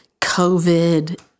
COVID